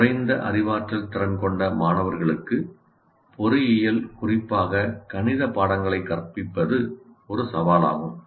குறைந்த அறிவாற்றல் திறன் கொண்ட மாணவர்களுக்கு பொறியியல் குறிப்பாக கணித பாடங்களை கற்பிப்பது ஒரு சவாலாகும்